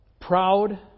Proud